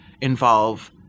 involve